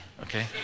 okay